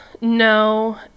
no